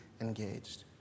engaged